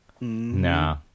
Nah